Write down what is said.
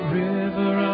river